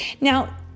Now